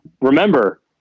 remember